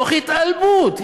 תוך התעלמות,